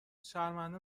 شرمنده